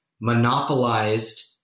monopolized